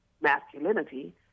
masculinity